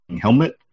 helmet